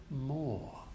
more